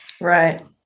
Right